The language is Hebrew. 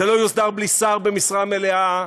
זה לא יוסדר בלי שר במשרה מלאה,